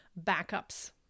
Backups